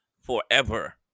forever